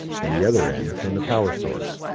and the other end from the power source.